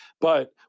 But-